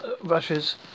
Russia's